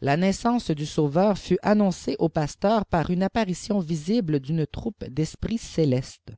la naissance du sauveur fut annoncée aux pasteurs par une apparition visible d'uiie troupe d'esprits célestes